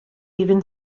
even